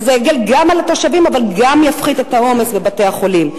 וזה גם יקל על התושבים אבל גם יפחית את העומס בבתי-החולים.